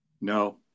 No